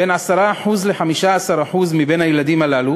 בין 10% ל-15% מהילדים הללו